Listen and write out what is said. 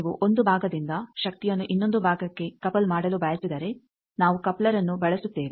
ನೀವು ಒಂದು ಭಾಗದಿಂದ ಶಕ್ತಿಯನ್ನು ಇನ್ನೊಂದು ಭಾಗಕ್ಕೆ ಕಪಲ್ ಮಾಡಲು ಬಯಸಿದರೆ ನಾವು ಕಪ್ಲರ್ನ್ನು ಬಳಸುತ್ತೇವೆ